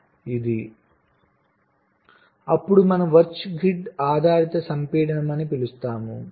Refer Slide Time 1745 అప్పుడు మనము virtual grid ఆధారిత సంపీడనం అని పిలుస్తాము